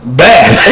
bad